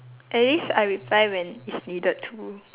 at least I reply when it's needed to